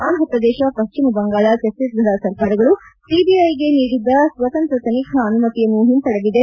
ಆಂಧ್ರಪ್ರದೇಶ ಪಶ್ಚಿಮ ಬಂಗಾಳ ಛತ್ತಿಸ್ಗಢ ಸರ್ಕಾರಗಳು ಸಿಬಿಐಗೆ ನೀಡಿದ್ದ ಅನುಮತಿಯನ್ನು ಹಿಪಡೆದಿದೆ